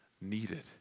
needed